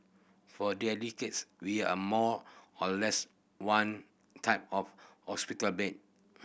for decades we are more or less one type of hospital bed